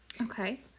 Okay